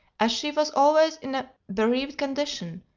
as she was always in a bereaved condition,